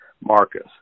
Marcus